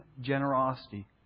generosity